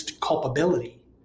culpability